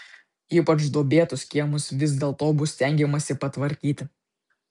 ypač duobėtus kiemus vis dėlto bus stengiamasi patvarkyti